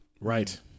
Right